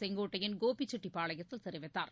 செங்கோட்டையள் கோபிசெட்டிப்பாளையத்தில் தெரிவித்தார்